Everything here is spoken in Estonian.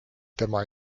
tema